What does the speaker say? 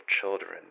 children